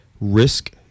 Risk